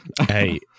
Hey